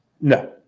No